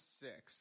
six